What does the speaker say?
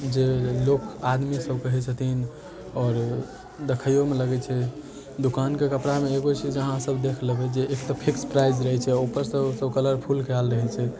जे लोक आदमी सब कहै छथिन आओर देखैयोमे लगै छै दोकानके कपड़ामे एगो छै जे अहाँ सब देख लेबै जे एक तऽ फिक्स प्राइस रहै छै उपरसँ ओ सब कलरफुल कयल रहै छै